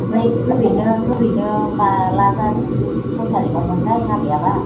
ओमफ्राय ओरैनो ओरैनो माला जागोन खय थारिखाआवमोन थाय हाबायाबा